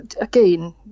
again